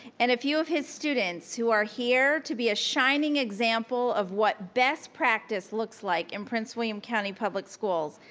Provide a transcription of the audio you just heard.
and a few of his students who are here to be a shining example of what best practice looks like in prince william county public schools.